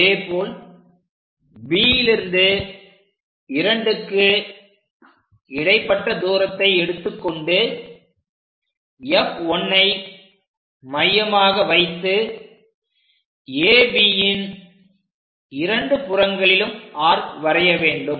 அதேபோல் Bலிருந்து 2க்கு இடைப்பட்ட தூரத்தை எடுத்துக் கொண்டு F1ஐ மையமாக வைத்து AB ன் இரண்டு புறங்களிலும் ஆர்க் வரைய வேண்டும்